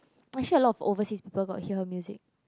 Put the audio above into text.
actually a lot of overseas people got hear her music